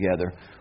together